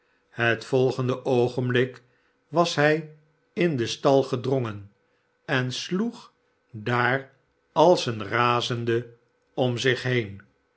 het volgende oogenblik was hij in den stal gedrongen en'sloeg daar als een razende om zich heen